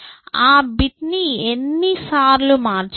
ఆ బిట్ ని ఎన్ని సార్లు మార్చాము